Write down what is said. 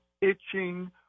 itching